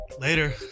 later